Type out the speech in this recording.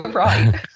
right